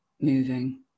moving